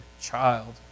child